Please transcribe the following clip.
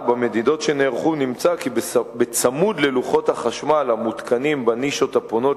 בהתבסס על מדידות שבוצעו על-ידי היחידה האזורית לאיכות הסביבה.